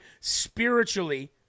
spiritually